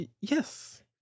yes